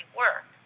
work